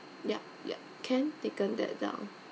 yup yup can taken that down